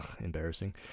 Embarrassing